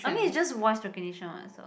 I mean it's just voice recognition what so